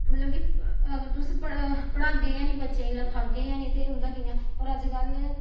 मतलब कि अगर तुस पढ़ पढ़ागे गै निं बच्चें गी लखागे गै निं ते उं'दा कि'यां होर अजकल्ल